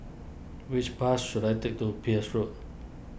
which bus should I take to Peirce Road